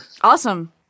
Awesome